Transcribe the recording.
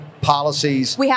policies